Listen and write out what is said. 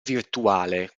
virtuale